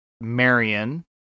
Marion